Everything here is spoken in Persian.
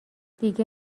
دیگه